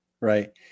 right